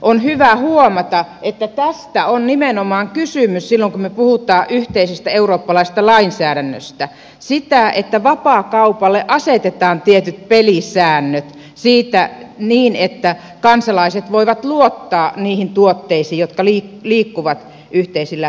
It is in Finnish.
on hyvä huomata että tästä nimenomaan on kysymys silloin kun me puhumme yhteisestä eurooppalaisesta lainsäädännöstä siitä että vapaakaupalle asetetaan tietyt pelisäännöt siitä niin että kansalaiset voivat luottaa niihin tuotteisiin jotka liikkuvat yhteisillä markkinoilla